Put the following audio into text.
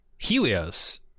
Helios